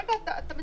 שבאה בגלל שבן אדם